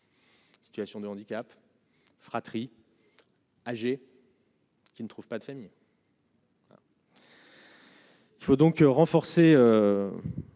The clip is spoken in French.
Situation de handicap fratrie, âgés. Qui ne trouvent pas de famille. Il faut donc renforcer